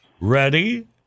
Ready